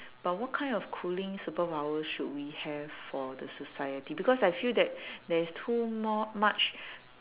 but what kind of cooling superpower should we have for the society because I feel that there is too more much